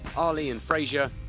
ali and frazier,